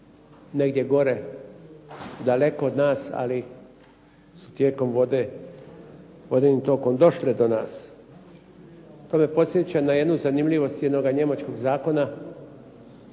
negdje gore daleko od nas, ali su tijekom vodenim tokom došle do nas. To me podsjeća na jednu zanimljivost jednog Njemačkog Zakona